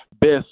best